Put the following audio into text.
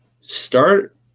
start